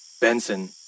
Benson